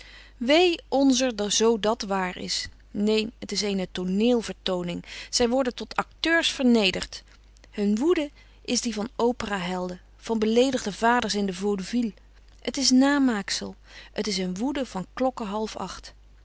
wee onzer zoo dat waar is neen het is eene tooneelvertooning zij worden tot acteurs vernederd hun woede is die van operahelden van beleedigde vaders in de vaudeville het is namaaksel het is een woede van klokke halfacht